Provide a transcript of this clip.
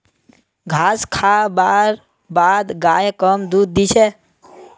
घास खा बार बाद गाय कम दूध दी छे